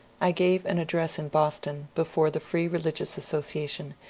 i gave an address in boston, before the free eeligious association,